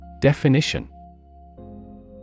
Definition